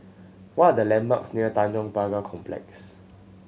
what are the landmarks near Tanjong Pagar Complex